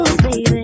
baby